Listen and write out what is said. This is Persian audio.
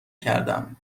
کردم